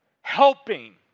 helping